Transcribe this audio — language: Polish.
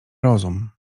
rozum